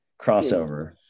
crossover